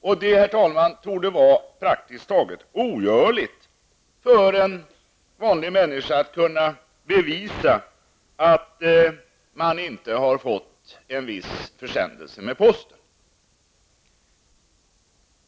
Det, herr talman, torde vara praktiskt taget ogörligt för en vanlig människa att kunna bevisa att han eller hon inte har fått en viss försändelse med posten.